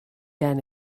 gen